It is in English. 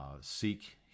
seek